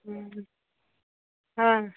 हूँ हँ